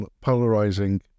polarizing